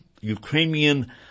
Ukrainian